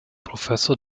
professor